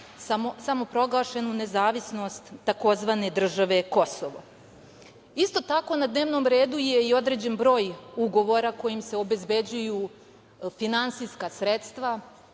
samoproglašenu nezavisnost takozvane države Kosovo. Isto tako na dnevnom redu je i određen broj ugovora kojima se obezbeđuju finansijska sredstva